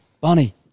Bonnie